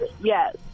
Yes